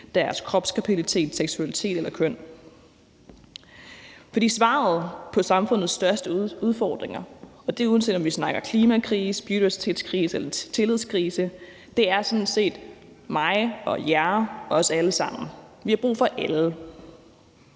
deres kropskapacitet, seksualitet eller køn. For svaret på samfundets største udfordringer, og det er, uanset om vi snakker klimakrise, biodiversitetskrise eller tillidskrise, er sådan set mig og jer og os alle sammen; vi har brug for alle.